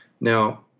Now